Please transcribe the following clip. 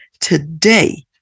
Today